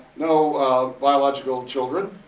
no biological children.